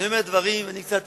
אני אומר דברים, אני קצת